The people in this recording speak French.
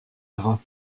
gras